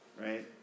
right